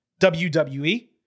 WWE